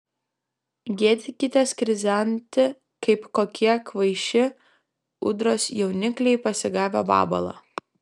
gėdykitės krizenti kaip kokie kvaiši ūdros jaunikliai pasigavę vabalą